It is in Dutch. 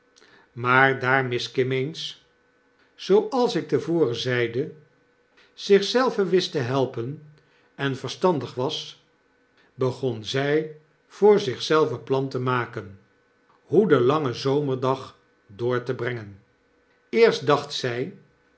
maar daar miss kimmeens zooals ik te voren zeide zich zelve wist te helpen en verstandig was begon zjj voor zich zelve plan te maken hoe den langen zomerdag door te brengen eerst dacht z zij